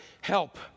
help